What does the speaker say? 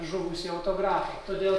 žuvusį autografą todėl